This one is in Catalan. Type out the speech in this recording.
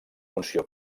funció